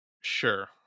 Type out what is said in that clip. sure